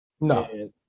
No